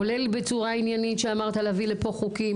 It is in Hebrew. כולל בצורה עניינית שאמרת להביא לפה חוקים